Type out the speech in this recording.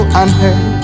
unheard